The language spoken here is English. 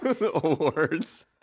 awards